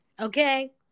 Okay